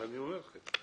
אני אומר לכם.